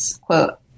quote